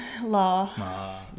law